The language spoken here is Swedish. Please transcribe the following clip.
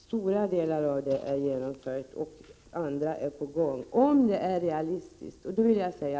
Stora delar av det är genomförda och andra är under arbete.